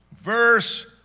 verse